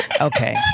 Okay